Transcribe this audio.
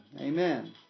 Amen